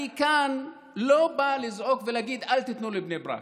אני כאן לא בא לזעוק ולהגיד: אל תיתנו לבני ברק,